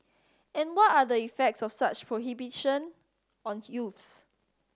and what are the effects of such prohibition on youths